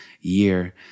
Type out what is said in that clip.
year